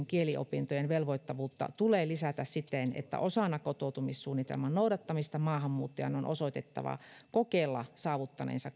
kieliopintojen velvoittavuutta tulee lisätä siten että osana kotoutumissuunnitelman noudattamista maahanmuuttajan on osoitettava kokeella saavuttaneensa